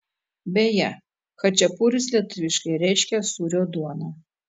beje chačiapuris lietuviškai reiškia sūrio duoną